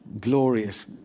Glorious